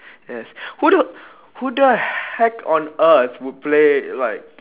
yes who the who the heck on earth would play like